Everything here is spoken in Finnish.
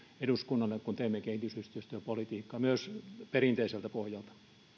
eduskunnalle kun teemme kehitysyhteistyöpolitiikkaa myös perinteiseltä pohjalta